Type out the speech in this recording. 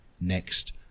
next